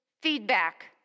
Feedback